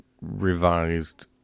Revised